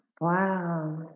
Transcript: Wow